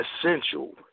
essential